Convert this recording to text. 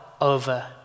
over